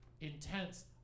intense